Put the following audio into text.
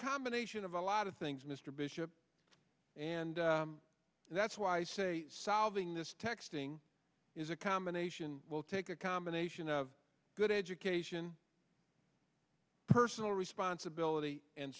combination of a lot of things mr bishop and that's why i say solving this texting is a combination will take a combination of good education personal responsibility and